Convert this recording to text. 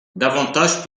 davantage